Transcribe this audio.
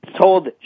told